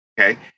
Okay